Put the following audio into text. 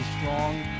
Strong